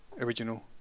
original